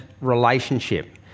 relationship